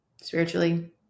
spiritually